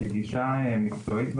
כגישה מקצועית,